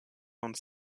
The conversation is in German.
uns